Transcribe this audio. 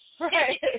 Right